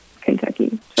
Kentucky